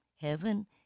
heaven